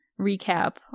recap